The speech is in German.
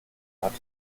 hat